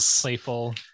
playful